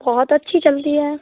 बहुत अच्छी चलती है